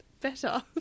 better